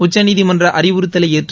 உச்சநீதிமன்ற அறிவுறுத்தலை ஏற்று